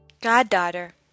goddaughter